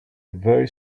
very